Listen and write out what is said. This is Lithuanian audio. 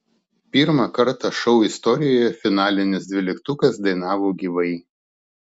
pirmą kartą šou istorijoje finalinis dvyliktukas dainavo gyvai